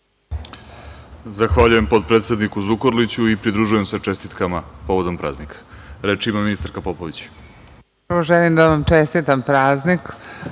Zahvaljujem potpredsedniku Zukorliću i pridružujem se čestitkama povodom praznika. Reč ima ministarka Popović.